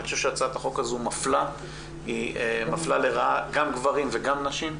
אני חושב שהצעת החוק הזאת מפלה לרעה גם גברים וגם נשים.